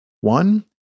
One